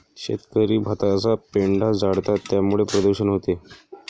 शेतकरी भाताचा पेंढा जाळतात त्यामुळे प्रदूषण होते